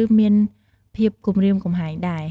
ឬ មានភាពគំរាមកំហែងដែរ។